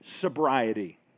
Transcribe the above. sobriety